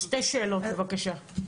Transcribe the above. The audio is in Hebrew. שתי שאלות, בבקשה.